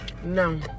No